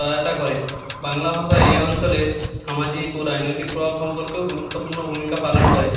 সহায়তা করে বাংলা ভাষায় এ অঞ্চলে সামাজিক ও রাজনৈতিক প্রভাব সম্পর্কেও গুরুত্বপূর্ণ ভূমিকা পালন করে